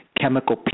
chemical